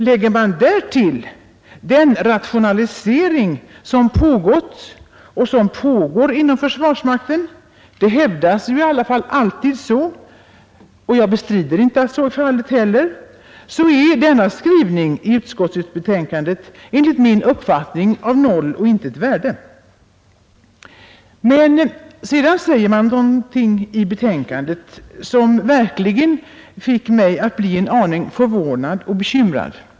Lägger man därtill den rationalisering som pågått och som pågår inom försvarsmakten — det hävdas i alla fall alltid så, och jag bestrider inte heller att så är fallet — är denna skrivning i utskottsbetänkandet enligt min uppfattning av noll och intet värde. Sedan säger man någonting i betänkandet som verkligen gjort mig en aning förvånad och bekymrad.